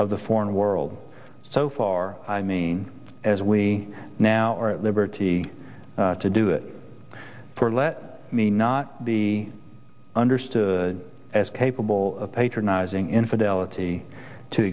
of the foreign world so far i mean as we now are at liberty to do it for let me not be understood as capable of patronising in fidelity t